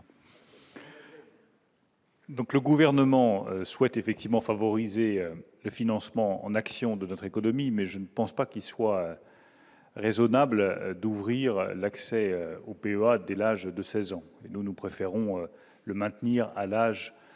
! Le Gouvernement souhaite effectivement favoriser le financement en actions de notre économie, mais je ne pense pas qu'il soit raisonnable d'ouvrir l'accès au PEA dès l'âge de 16 ans. Nous préférons maintenir l'âge